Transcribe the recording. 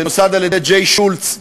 שנוסד על-ידי ג'יי שולץ,